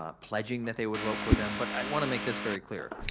ah pledging that they would vote for them. but i wanna make this very clear.